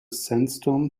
sandstorm